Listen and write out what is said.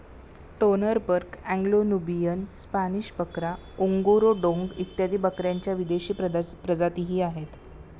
Toggenburg, Anglo Nubian, Spanish बकरा, Angora डोंग इत्यादी बकऱ्यांच्या विदेशी प्रजातीही आहेत